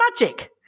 magic